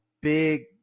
big